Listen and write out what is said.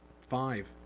five